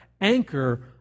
anchor